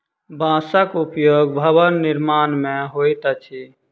बांसक उपयोग भवन निर्माण मे होइत अछि